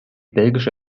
belgische